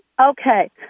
Okay